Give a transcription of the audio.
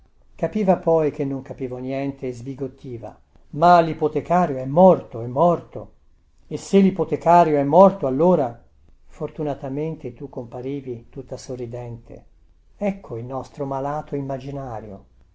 capiva poi che non capivo niente e sbigottiva ma lipotecario è morto è morto e se lipotecario è morto allora fortunatamente tu comparivi tutta sorridente ecco il nostro malato immaginario